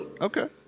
Okay